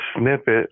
snippet